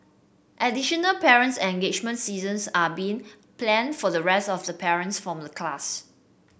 additional parent engagement seasons are being plan for the rest of the parents from the class